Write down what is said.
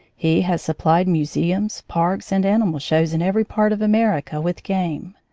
he has supplied museums, parks, and animal shows in every part of america with game.